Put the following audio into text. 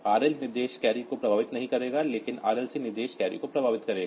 RL निर्देश carry को प्रभावित नहीं करेगा लेकिन RLC निर्देश कैरी को प्रभावित करेगा